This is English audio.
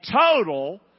total